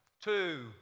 two